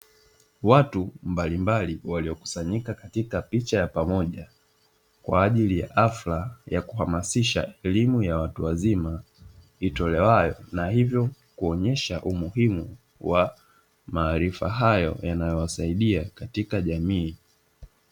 Watu mbalimbali waliokusanyika katika picha ya pamoja kwa ajili ya hafla ya kuhamasisha elimu ya watu wazima, itolewayo na hivyo kuonyesha umuhimu wa maarifa hayo yanawasaidia katika jamii.